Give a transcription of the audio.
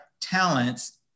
talents